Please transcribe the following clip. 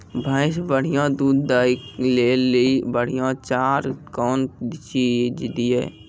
भैंस बढ़िया दूध दऽ ले ली बढ़िया चार कौन चीज दिए?